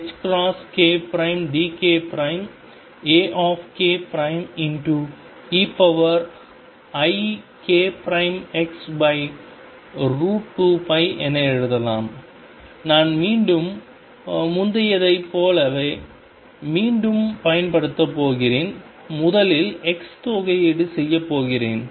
∞dx ∞dkAke ikx2π ∞kdkAkeikx2π என எழுதலாம் நான் மீண்டும் முந்தையதைப் போலவே மீண்டும் பயன்படுத்தப் போகிறேன் முதலில் x தொகையீடு செய்யப் போகிறேன்